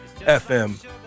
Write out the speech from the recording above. FM